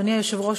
אדוני היושב-ראש,